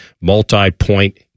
multi-point